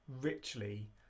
richly